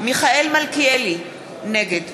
מיכאל מלכיאלי, נגד